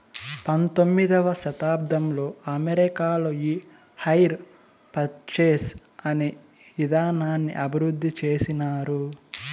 పంతొమ్మిదవ శతాబ్దంలో అమెరికాలో ఈ హైర్ పర్చేస్ అనే ఇదానాన్ని అభివృద్ధి చేసినారు